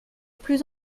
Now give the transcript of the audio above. plus